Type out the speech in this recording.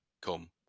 come